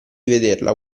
vederla